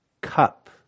cup